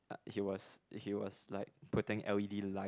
he was he was like putting L_E_D light